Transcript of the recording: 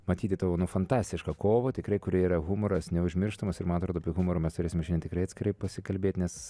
matyti tavo nu fantastišką kovą tikrai kurioj yra humoras neužmirštamas ir man atrodo apie humorą mes turėsim šiandien tikrai atskirai pasikalbėt nes